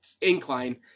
Incline